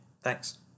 Thanks